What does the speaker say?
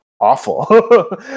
awful